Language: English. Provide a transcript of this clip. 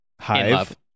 hive